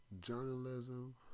journalism